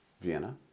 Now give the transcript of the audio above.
Vienna